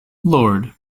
lord